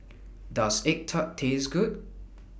Does Egg Tart Taste Good